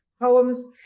poems